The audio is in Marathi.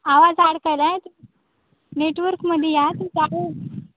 आवाज अडकायलाय नेटवर्कमध्ये या